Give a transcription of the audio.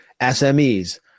SMEs